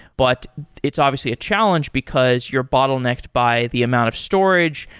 but it's obviously a challenge because you're bottlenecked by the amount of storage,